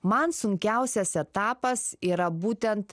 man sunkiausias etapas yra būtent